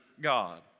God